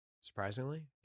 surprisingly